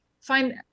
find